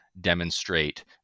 demonstrate